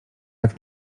jak